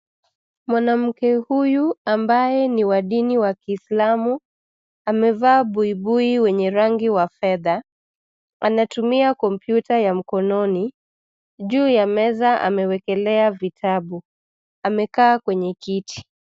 Mwanamke huyu, ambaye ni wadini wa kiislamu, amevaa buibui wenye rangi wa fedha. Anatumia kompyuta ya mkononi, juu ya meza amewekelea vitabu, amekaa kwenye kiti.